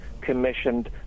commissioned